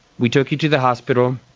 we took you to the hospital,